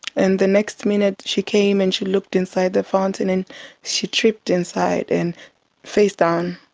and the next minute she came and she looked inside the fountain and she tripped inside, and face down,